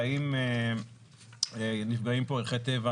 והאם נפגעים פה ערכי טבע